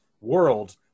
world